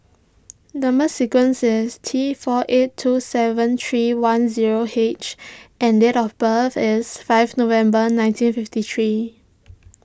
Number Sequence is T four eight two seven three one zero H and date of birth is five November nineteen fifty three